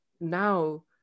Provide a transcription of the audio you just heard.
now